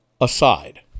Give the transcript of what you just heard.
aside